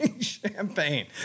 champagne